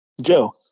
Joe